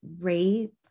rape